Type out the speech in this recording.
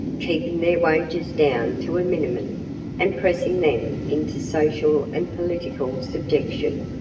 keeping their wages down to a minimum and pressing them into social and political subjection.